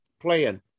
playing